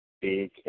big –